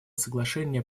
соглашения